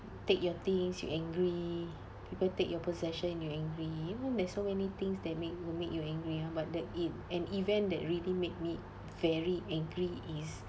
take your things you angry people take your possession you angry you know there's so many things that make will make you angry ah but that e~ an event that really made me very angry is